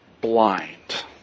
Blind